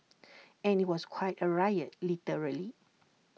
and IT was quite A riot literally